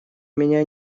меня